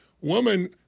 woman